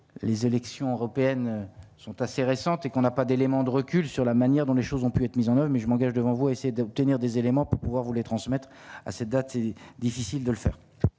les élections européennes sont assez récente et qu'on n'a pas d'éléments de recul sur la manière dont les choses ont pu être mises en haut, mais je m'engage devant vous essayer d'obtenir des éléments pour pouvoir voulait transmettre à cette date, c'est difficile de le faire.